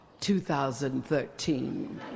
2013